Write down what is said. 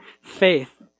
faith